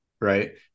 right